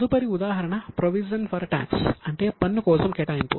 తదుపరి ఉదాహరణ provision for tax అంటే పన్ను కోసం కేటాయింపు